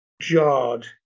jarred